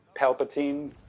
Palpatine